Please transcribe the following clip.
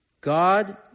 God